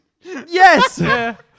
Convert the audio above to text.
Yes